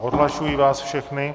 Odhlašuji vás všechny.